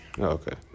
Okay